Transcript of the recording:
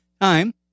time